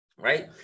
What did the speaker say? right